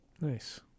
Nice